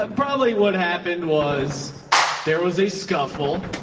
ah probably what happened was there was a scuffle.